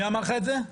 מה אמר לך את זה?